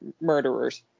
murderers